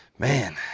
Man